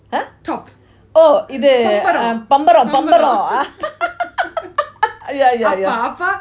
!huh! oh இது பம்பரம் பம்பரம்:ithu bamparam bamparam yeah yeah yeah